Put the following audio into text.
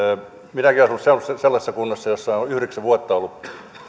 minäkin asun sellaisessa sellaisessa kunnassa jossa ovat yhdeksän vuotta olleet